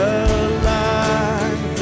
alive